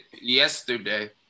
yesterday